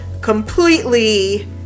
completely